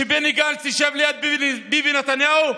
שבני גנץ ישב ליד ביבי נתניהו,